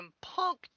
Punk